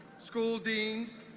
school deans,